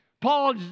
Paul